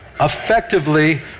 Effectively